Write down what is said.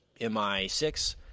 MI6